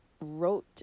wrote